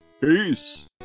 peace